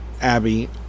Abby